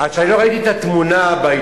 עד שאני לא ראיתי את התמונה בעיתון,